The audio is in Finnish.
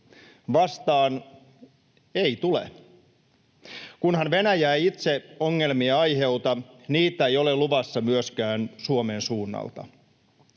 Vastaan: Ei tule, kunhan Venäjä ei itse ongelmia aiheuta. Niitä ei ole luvassa myöskään Suomen suunnalta.